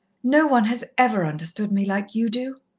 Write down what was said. no one has ever understood me like you do.